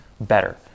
better